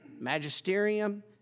Magisterium